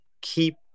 keep